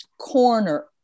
corner